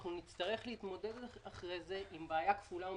אנחנו נצטרך להתמודד אחרי זה עם בעיה כפולה ומכופלת.